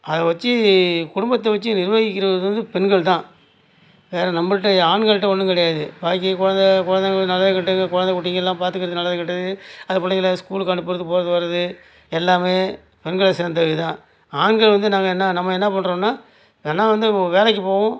அதை வச்சு குடும்பத்தை வச்சு நிர்வகிக்கிறது வந்து பெண்கள் தான் வேறு நம்மள்கிட்ட ஆண்கள்கிட்ட ஒன்றும் கிடையாது பாக்கி குழந்த குழந்தைங்களுக்கு நல்லது கெட்டது குழந்த குட்டிங்கெல்லாம் பாத்துக்கிறது நல்லது கெட்டது அந்த புள்ளைங்களை ஸ்கூலுக்கு அனுப்புகிறது போகறது வரது எல்லாமே பெண்களை சேர்ந்தது தான் ஆண்கள் வந்து நம்ம என்ன நம்ம என்ன பண்ணுறோம்னா தினம் வந்து வேலைக்கு போவோம்